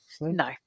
No